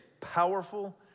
powerful